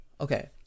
Okay